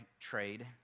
trade